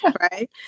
right